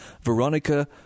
Veronica